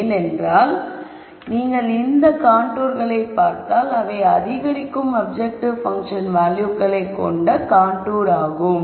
ஏனென்றால் நீங்கள் இந்த கான்டூர்களை பார்த்தால் அவை அதிகரிக்கும் அப்ஜெக்டிவ் பங்க்ஷன் வேல்யூகளை கொண்ட காண்டூர் ஆகும்